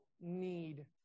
need